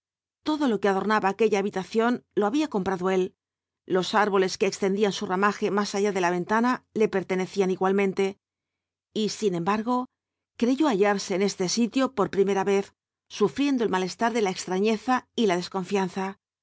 todo lo que adornaba aquella habitación lo había comprado él los árboles que extendían su ramaje más allá de la ventana le pertenecían igualmente y sin embargo creyó hallarse en este sitio por primera vez sufriendo el malestar de la extrañeza y la desconfianza